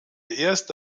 erste